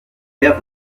paires